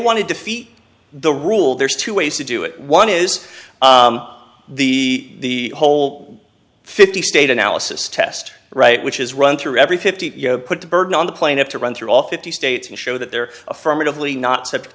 want to defeat the rule there's two ways to do it one is the whole fifty state analysis test right which is run through every fifty you know put the burden on the plane have to run through all fifty states and show that they're affirmatively not separate